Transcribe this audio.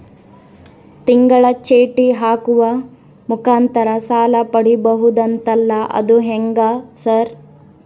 ತಿಂಗಳ ಚೇಟಿ ಹಾಕುವ ಮುಖಾಂತರ ಸಾಲ ಪಡಿಬಹುದಂತಲ ಅದು ಹೆಂಗ ಸರ್?